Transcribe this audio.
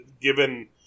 given